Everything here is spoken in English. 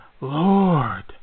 Lord